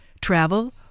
travel